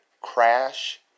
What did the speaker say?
crash